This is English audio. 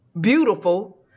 beautiful